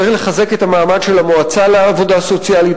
צריך לחזק את המעמד של המועצה לעבודה סוציאלית,